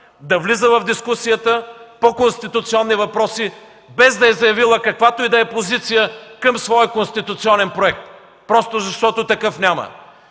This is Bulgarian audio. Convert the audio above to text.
да влиза в дискусията по конституционни въпроси, без да е заявила каквато и да е позиция към своя конституционен проект, просто защото такъв няма.